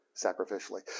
sacrificially